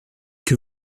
que